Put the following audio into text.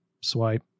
swipe